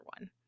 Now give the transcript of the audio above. one